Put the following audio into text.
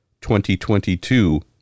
2022